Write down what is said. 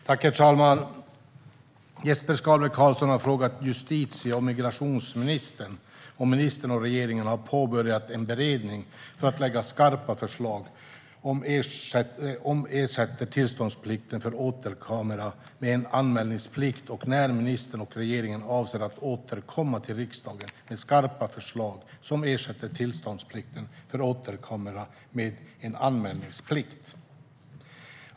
Herr talman! Jesper Skalberg Karlsson har frågat justitie och migrationsministern om ministern och regeringen har påbörjat en beredning för att lägga fram skarpa förslag som ersätter tillståndsplikten för åtelkamera med en anmälningsplikt och när ministern och regeringen avser att återkomma till riksdagen med skarpa förslag som ersätter tillståndsplikten för åtelkamera med en anmälningsplikt.